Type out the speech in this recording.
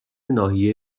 ناحیه